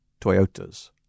Toyotas